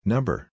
Number